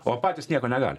o patys nieko negali